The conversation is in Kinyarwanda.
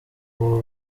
ubu